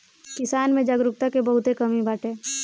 किसान में जागरूकता के बहुते कमी बाटे